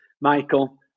Michael